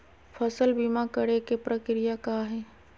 फसल बीमा करे के प्रक्रिया का हई?